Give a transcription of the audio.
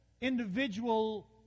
individual